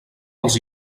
els